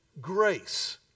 grace